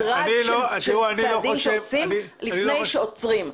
לפני שעוצרים,